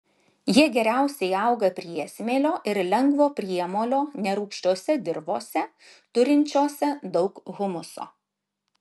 jie geriausiai auga priesmėlio ir lengvo priemolio nerūgščiose dirvose turinčiose daug humuso